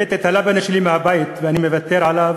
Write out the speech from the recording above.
כי הבאתי את הלאבנה שלי מהבית, ואני מוותר עליו,